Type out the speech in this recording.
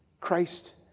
Christ